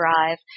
drive